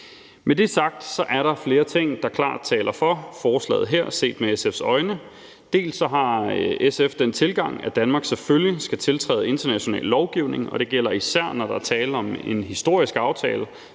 Med det sagt er der flere ting, der klart taler for forslaget her, set med SF's øjne. Dels har SF den tilgang, at Danmark selvfølgelig skal tiltræde international lovgivning, og det gælder især, når der er tale om en historisk aftale